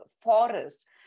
forest